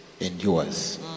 endures